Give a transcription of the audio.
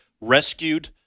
rescued